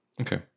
Okay